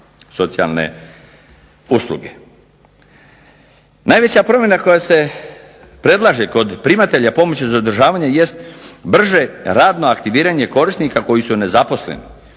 socijalne usluge. Najveća promjena koja se predlaže kod primatelja pomoći za održavanje jest brže radno aktiviranje korisnika koji su nezaposleni.